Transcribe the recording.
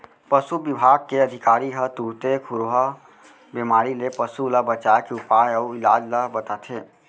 पसु बिभाग के अधिकारी ह तुरते खुरहा बेमारी ले पसु ल बचाए के उपाय अउ इलाज ल बताथें